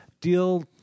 deal